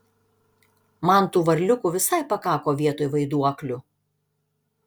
man tų varliukių visai pakako vietoj vaiduoklių